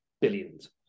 billions